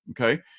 Okay